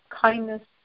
kindness